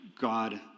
God